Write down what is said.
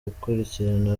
gukurikirana